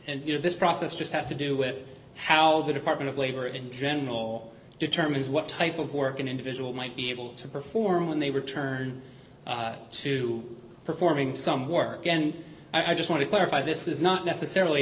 and you know this process just has to do with how the department of labor in general determines what type of work an individual might be able to perform when they return to performing some work and i just want to clarify this is not necessarily